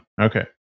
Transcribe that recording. Okay